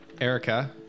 Erica